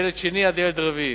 ילד שני עד ילד רביעי.